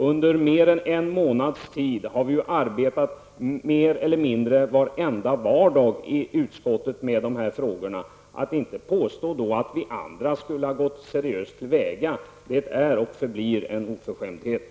Under mer än en månads tid har vi ju arbetat mer eller mindre varenda vardag i utskottet med de här frågorna. Att då påstå att vi andra inte skulle ha gått seriöst till väga är och förblir en oförskämdhet.